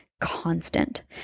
constant